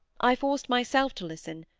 i forced myself to listen,